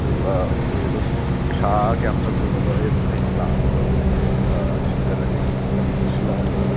ꯑꯗꯨ ꯑꯥ ꯑꯩꯈꯣꯏ ꯑꯗꯨꯝ ꯄꯩꯁꯥ ꯀꯌꯥꯝ ꯆꯪꯒꯗꯣꯏꯅꯣꯗꯣ ꯑꯩ ꯑꯗꯨꯝ ꯍꯌꯦꯡ ꯂꯥꯛꯄꯗ ꯑꯗꯨꯝ ꯁꯤꯟꯖꯔꯒꯦ ꯑꯥ ꯁꯤꯜꯂꯛꯑꯒꯦꯕ